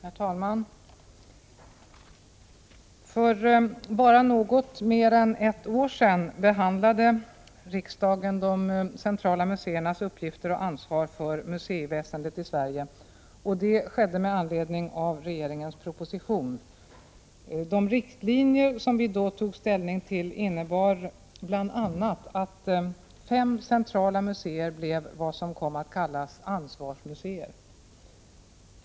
Herr talman! För bara något mer än ett år sedan behandlade riksdagen de centrala museernas uppgifter och ansvar för museiväsendet i Sverige. Detta skedde med anledning av regeringens proposition. De riktlinjer vi då tog ställning till innebar bl.a. att fem centrala museer blev vad som kom att kallas ansvarsmuseer.